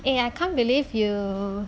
eh I can't believe you